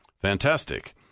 Fantastic